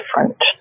different